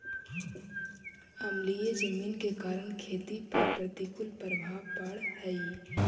अम्लीय जमीन के कारण खेती पर प्रतिकूल प्रभाव पड़ऽ हइ